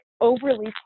overly